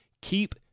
Keep